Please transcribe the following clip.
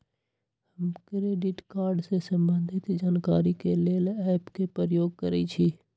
हम credit card से संबंधित जानकारी के लेल एप के प्रयोग करइछि